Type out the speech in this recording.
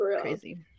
crazy